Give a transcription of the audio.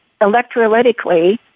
electrolytically